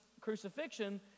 crucifixion